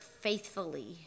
faithfully